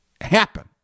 happen